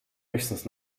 höchstens